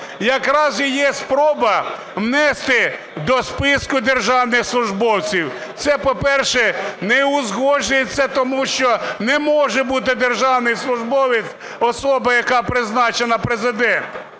якраз і є спроба внести до списку державних службовців. Це, по-перше, не узгоджується тому, що не може бути державним службовецем особа, яка призначена Президентом.